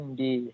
di